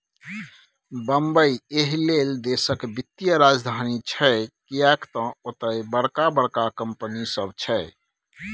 बंबई एहिलेल देशक वित्तीय राजधानी छै किएक तए ओतय बड़का बड़का कंपनी सब छै